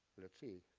let's see.